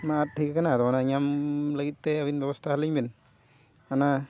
ᱢᱟ ᱴᱷᱤᱠ ᱮᱱᱟ ᱟᱫᱚ ᱚᱱᱟ ᱧᱟᱢ ᱞᱟᱹᱜᱤᱫ ᱛᱮ ᱟᱹᱵᱤᱱ ᱵᱮᱵᱚᱥᱛᱷᱟ ᱟᱹᱞᱤᱧ ᱵᱮᱱ ᱚᱱᱟ